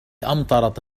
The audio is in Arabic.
أمطرت